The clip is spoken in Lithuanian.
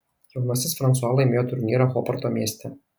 jaunasis fransua laimėjo turnyrą hobarto mieste